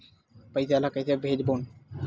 पईसा ला कइसे भेजबोन?